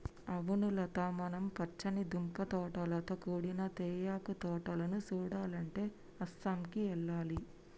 అవును లత మనం పచ్చని దుప్పటాలతో కూడిన తేయాకు తోటలను సుడాలంటే అస్సాంకి ఎల్లాలి